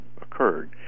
occurred